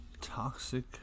toxic